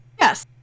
Yes